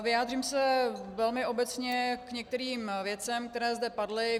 Vyjádřím se velmi obecně k některým věcem, které zde padly.